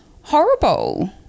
horrible